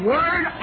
Word